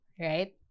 right